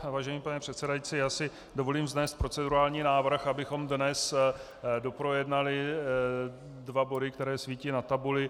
Vážený pane předsedající, já si dovolím vznést procedurální návrh, abychom dnes doprojednali dva body, které svítí na tabuli.